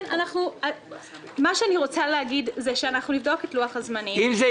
מה שאני רוצה להגיד הוא שאנחנו נבדוק את לוח הזמנים,